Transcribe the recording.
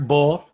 Ball